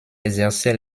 exerçait